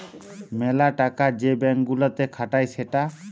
মেলা টাকা যে ব্যাঙ্ক গুলাতে খাটায় সেটা